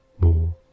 more